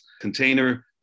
Container